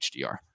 HDR